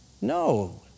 No